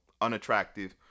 unattractive